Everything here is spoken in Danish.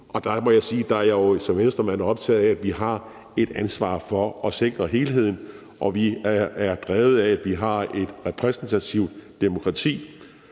Der må jeg sige, at jeg som Venstremand er optaget af, at vi har et ansvar for at sikre helheden, og vi er drevet af, at vi har et repræsentativt demokrati,